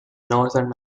northern